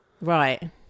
Right